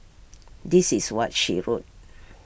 this is what she wrote